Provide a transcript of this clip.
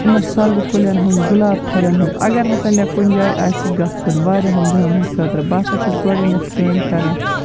یِمَن سَروٕ کُلٮ۪ن ہٕنٛز گُلاب تھَرٮ۪ن ہُنٛد اگر ہسا مےٚ کُنہِ جایہِ آسہِ گژھُن واریاہَن دۄہَن ہٕنٛدِ خٲطرٕ بہٕ ہسا چھَس گۄڈٕنٮ۪تھ کٲم کران